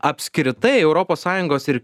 apskritai europos sąjungos ir